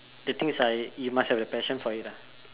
the things is like you must have the passion for it ah